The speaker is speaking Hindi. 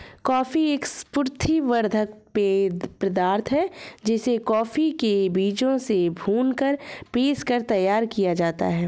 कॉफी एक स्फूर्ति वर्धक पेय पदार्थ है जिसे कॉफी के बीजों से भूनकर पीसकर तैयार किया जाता है